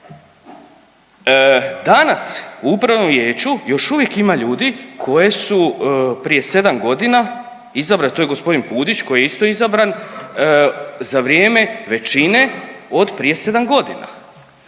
Danas u Upravnom vijeću još uvijek ima ljudi koje su prije 7 godina, to je g. Pudić koji je isto izabran za vrijeme većine od prije 7 godina.